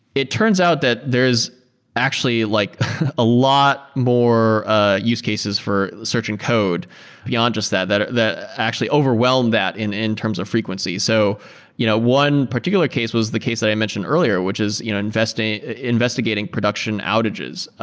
it turns out that there is actually like a lot more ah use cases for searching code beyond just that that actually actually overwhelmed that in in terms of frequencies. so you know one particular case was the case i mentioned earlier, which is you know investigating investigating production outages.